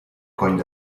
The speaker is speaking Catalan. cony